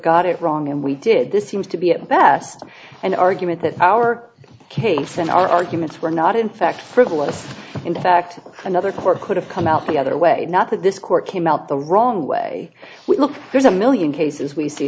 got it wrong and we did this seems to be at best an argument that our case and our arguments were not in fact frivolous in fact another court could have come out the other way not that this court came out the wrong way we look there's a million cases we see